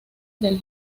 del